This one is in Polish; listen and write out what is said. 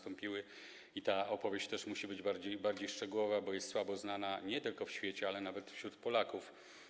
Ta opowieść też musi być bardziej szczegółowa, bo jest słabo znana nie tylko w świecie, ale nawet wśród Polaków.